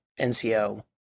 NCO